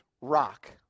rock